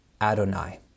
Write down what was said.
Adonai